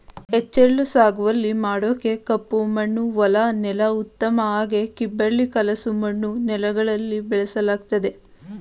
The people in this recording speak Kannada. ಹುಚ್ಚೆಳ್ಳು ಸಾಗುವಳಿ ಮಾಡೋಕೆ ಕಪ್ಪಮಣ್ಣು ಹೊಲ ನೆಲ ಉತ್ತಮ ಹಾಗೆ ಕಿಬ್ಬಳಿ ಕಲಸು ಮಣ್ಣು ನೆಲಗಳಲ್ಲಿ ಬೆಳೆಸಲಾಗ್ತದೆ